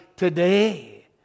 Today